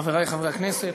חברי חברי הכנסת,